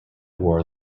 war